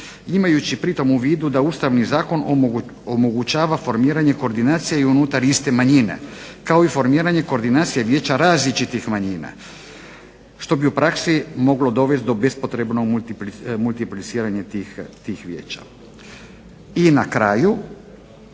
Imajući pri tom u vidu da Ustavni zakon omogućava formiranje koordinacija unutar iste manjine kao i formiranje koordinacija vijeća različitim manjina što bi u praksi moglo dovesti do bespotrebno multipliciranje tih vijeća. I na kraju